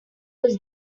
was